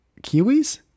Kiwis